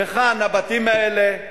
מהיכן הבתים האלה,